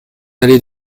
allée